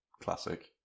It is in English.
Classic